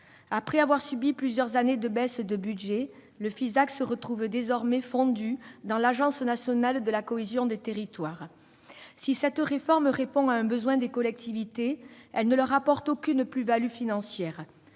Après avoir subi plusieurs années de baisse de son budget, le Fisac se retrouve désormais fondu dans l'Agence nationale de la cohésion des territoires. Si cette réforme répond à un besoin des collectivités, elle ne leur apporte aucune plus-value financière.